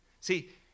See